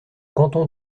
canton